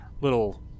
little